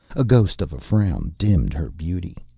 a ghost of a frown dimmed her beauty.